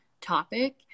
topic